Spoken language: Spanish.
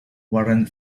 warren